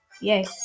Yay